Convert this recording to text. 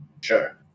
sure